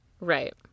Right